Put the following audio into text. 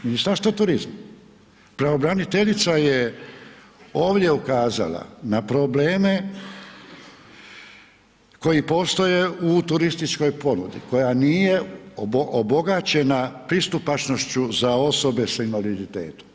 Ministarstvo turizma, pravobraniteljica je ovdje ukazala na probleme koji postoje u turističkoj ponudi koja nije obogaćena pristupačnošću za osobe s invaliditetom.